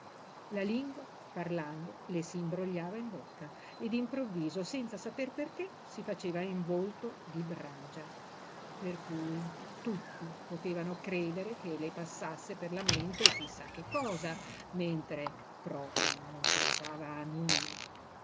la lingua parlando le s'imbrogliava in bocca e d'improvviso senza saper perché si faceva in volto di bragia per cui tutti potevano credere che le passasse per la mente chi sa che cosa mentre proprio non pensava a nulla